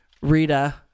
Rita